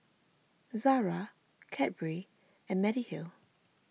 Zara Cadbury and Mediheal